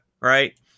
right